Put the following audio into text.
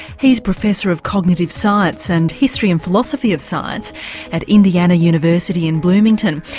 he's professor of cognitive science, and history and philosophy of science at indiana university in bloomington.